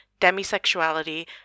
demisexuality